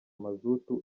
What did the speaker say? mazutu